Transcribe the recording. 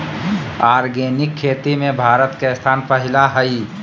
organic खेती में भारत के स्थान पहिला हइ